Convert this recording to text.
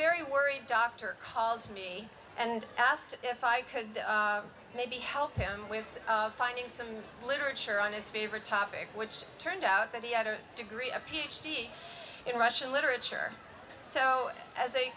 very worried doctor called me and asked if i could maybe help him with finding some literature on his favorite topic which turned out that he had a degree a ph d in russian literature so as a